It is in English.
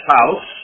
house